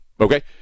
okay